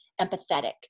empathetic